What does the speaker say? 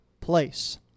place